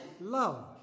love